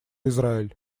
израиль